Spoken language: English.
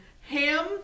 ham